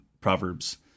Proverbs